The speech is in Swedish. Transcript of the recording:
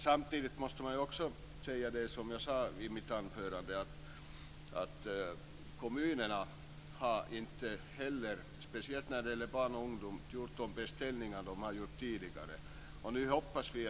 Samtidigt måste jag säga det jag sade i mitt anförande, nämligen att kommunerna inte har gjort de beställningar - speciellt när det gäller barn och ungdom - de har gjort tidigare.